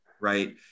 Right